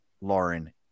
Lauren